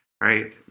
right